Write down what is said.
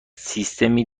سیستمی